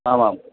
आम् आम्